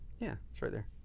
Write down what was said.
yeah, it's right there.